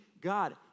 God